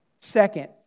second